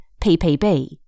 PPB